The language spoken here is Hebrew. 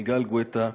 יגאל גואטה,